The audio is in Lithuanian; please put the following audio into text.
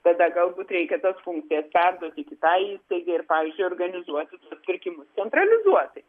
tada galbūt reikia tas funkcijas perduoti kitai įstaigai ir pavyzdžiui organizuoti pirkimus centralizuotai